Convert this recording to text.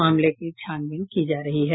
मामले की छानबीन की जा रही है